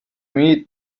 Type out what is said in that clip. meet